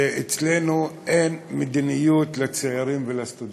שאצלנו אין מדיניות לצעירים ולסטודנטים.